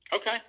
Okay